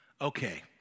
Okay